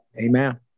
Amen